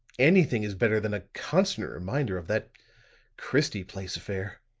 anything is better than a constant reminder of that christie place affair.